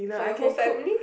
for your whole family